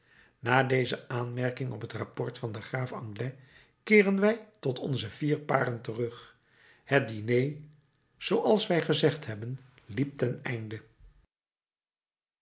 na deze aanmerking op het rapport van den graaf anglès keeren wij tot onze vier paren terug het diner zooals wij gezegd hebben liep ten einde